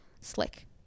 slick